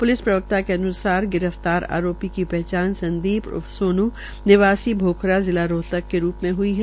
police प्रवक्ता के अन्सार गिर फ्तार आरोपी का पहचान संदीप उर्फ सोनू निवासी मोखरा जिला रोहतक के रूप मे हई है